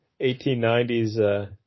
1890s